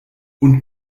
und